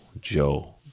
Joe